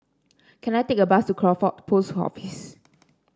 can I take a bus to Crawford Post Office